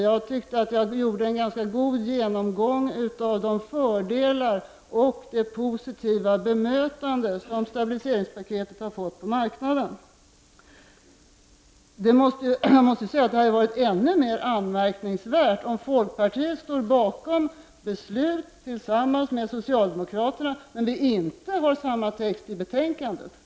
Jag tyckte att jag hade en ganska god genomgång av det positiva bemötande som stabiliseringspaketet har fått på marknaden och dess fördelar. Jag måste säga att det hade varit ännu mera anmärkningsvärt, om folkpar tiet hade stått bakom beslutet tillsammans med socialdemokraterna men inte haft samma text i betänkandet.